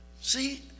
See